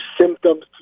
symptoms